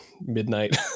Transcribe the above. midnight